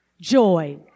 Joy